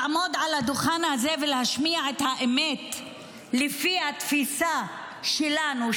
לעמוד על הדוכן הזה ולהשמיע את האמת לפי התפיסה שלנו,